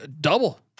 double